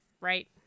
right